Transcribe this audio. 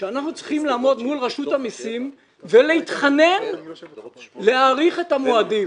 שאנחנו צריכים לעמוד מול רשות המסים ולהתחנן להאריך את המועדים.